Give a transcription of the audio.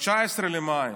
ב-19 במאי,